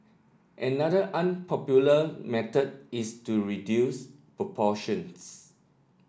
another unpopular method is to reduce portions